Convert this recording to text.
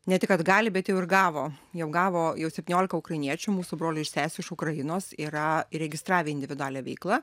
ne tik kad gali bet jau ir gavo jau gavo jau septyniolika ukrainiečių mūsų brolių ir sesių iš ukrainos yra įregistravę individualią veiklą